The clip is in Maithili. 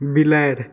बिलाड़ि